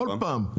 כל פעם.